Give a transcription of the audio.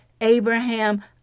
Abraham